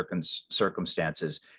circumstances